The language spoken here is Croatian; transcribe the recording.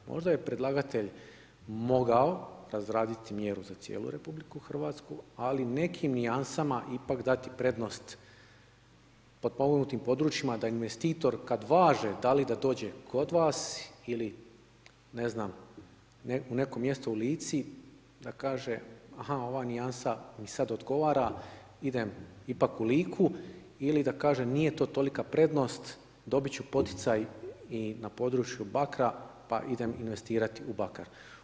Možda je predlagatelj mogao razraditi mjeru za cijelu Republiku Hrvatsku, ali nekim nijansama ipak dati prednost potpomognutim područjima da investitor kad važe da li da dođe kod vas ili ne znam u neko mjesto u Lici, da kaže, aha ova nijansa mi sad odgovara idem ipak u Liku ili da kaže nije to tolika prednost dobit ću poticaj i na području Bakra pa idem investirat u Bakar.